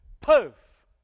poof